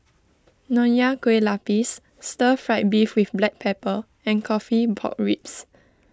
Nonya Kueh Lapis Stir Fried Beef with Black Pepper and Coffee Pork Ribs